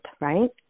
right